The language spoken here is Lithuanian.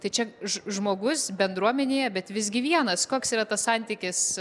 tai čia ž žmogus bendruomenėje bet visgi vienas koks yra tas santykis